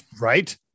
right